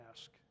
ask